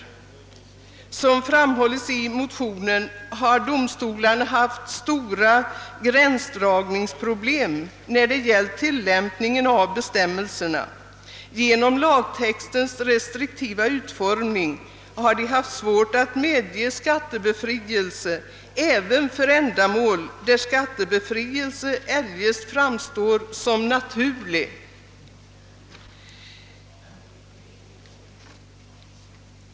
Som framhållits i motionen har domstolarna haft stora gränsdragningsproblem vid tillämpningen av bestämmelserna. Genom lagtextens restriktiva utformning har de haft svårt att medge skattebefrielse även för sådana ändamål för vilka skattebefrielse eljest framstår som naturlig.